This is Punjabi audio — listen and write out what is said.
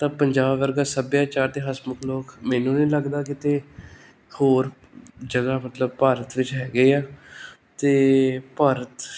ਤਾਂ ਪੰਜਾਬ ਵਰਗਾ ਸੱਭਿਆਚਾਰ ਅਤੇ ਹਸਮੁਖ ਲੋਕ ਮੈਨੂੰ ਨਹੀਂ ਲੱਗਦਾ ਕਿਤੇ ਹੋਰ ਜਗ੍ਹਾ ਮਤਲਬ ਭਾਰਤ ਵਿੱਚ ਹੈਗੇ ਆ ਅਤੇ ਭਾਰਤ